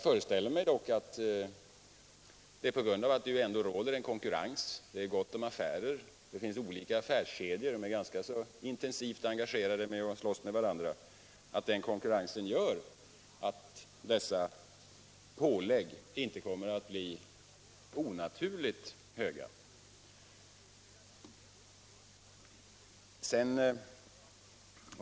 Men det är gott om affärer, och det finns olika affärskedjor som konkurrerar ganska intensivt med varandra på detta område. Jag föreställer mig att denna konkurrens ändå gör att påläggen inte blir onaturligt höga.